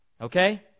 okay